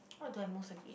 what do I most like to eat